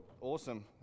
Awesome